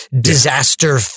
disaster